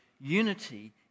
unity